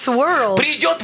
world